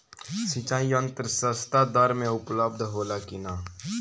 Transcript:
सिंचाई यंत्र सस्ता दर में उपलब्ध होला कि न?